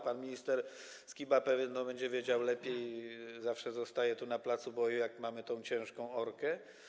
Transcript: Pan minister Skiba pewnie będzie wiedział lepiej, zawsze zostaje tu na placu boju, jak mamy tę ciężką orkę.